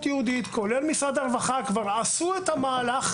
היהודית ומשרד הרווחה כבר עשו את המהלך,